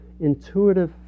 intuitive